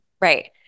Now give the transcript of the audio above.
Right